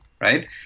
right